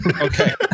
Okay